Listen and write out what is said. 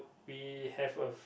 we have a f~